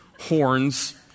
horns